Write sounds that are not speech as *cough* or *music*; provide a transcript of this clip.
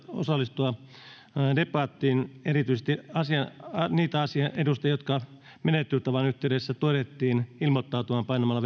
osallistua debattiin erityisesti niitä edustajia jotka menettelytavan yhteydessä todettiin ilmoittautumaan painamalla *unintelligible*